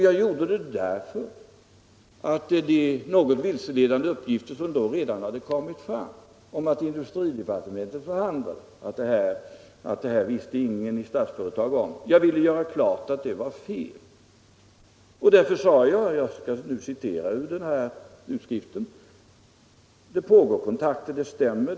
Jag gjorde det därför att dessa något vilseledande uppgifter då redan hade kommit fram — att industridepartementet förhandlade, att det här visste ingen i Statsföretag om — och jag ville göra klart att detta var fel. Därför sade jag — jag citerar ur utskriften: ”Det pågår kontakter, det stämmer.